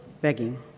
begging